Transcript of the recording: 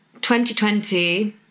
2020